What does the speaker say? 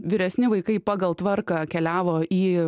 vyresni vaikai pagal tvarką keliavo į